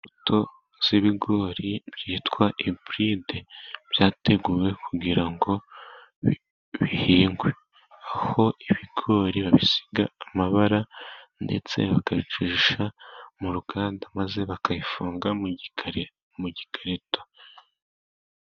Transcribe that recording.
Imbuto z'ibigori byitwa iburide byateguwe kugira ngo bihingwe, aho ibigori babisiga amabara ndetse bakabicisha mu ruganda, maze bakabifunga mu gikari mu gikarito.